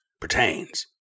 pertains